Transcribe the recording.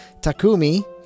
Takumi